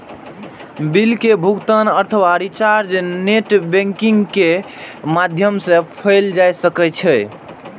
bill के भुगातन अथवा रिचार्ज नेट बैंकिंग के माध्यम सं कैल जा सकै छै